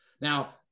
Now